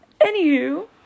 Anywho